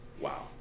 Wow